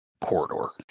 corridor